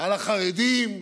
על החרדים,